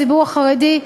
הציבור החרדי,